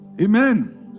Amen